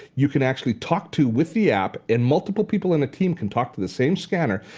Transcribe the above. you can actually talk to with the app and multiple people in the team can talk to the same scanner.